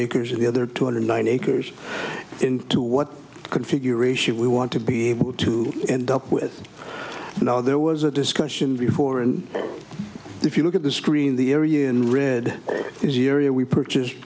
acres in the other two hundred ninety acres into what configuration we want to be able to end up with you know there was a discussion before and if you look at the screen the area in red is urea we purchased